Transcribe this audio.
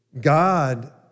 God